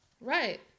Right